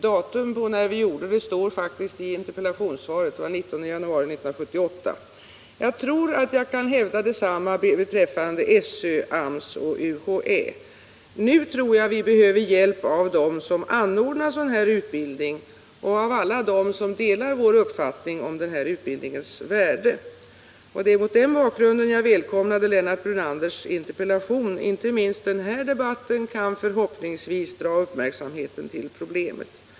Datum för när vi gjorde det framgår faktiskt av interpellationssvaret. Det var den 19 januari 1978. Jag tror att jag kan hävda detsamma beträffande SÖ, AMS och UHÄ. Nu tror jag vi behöver hjälp av dem som anordnar sådan här utbildning och av alla dem som delar vår uppfattning om den här utbildningens värde. Det var mot denna bakgrund jag välkomnade Lennart Brunanders interpellation. Inte minst den här debatten kan förhoppningsvis dra uppmärksamhet till problemet.